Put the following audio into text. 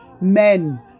Men